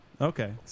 Okay